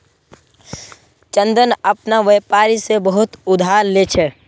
चंदन अपना व्यापारी से बहुत उधार ले छे